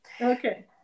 okay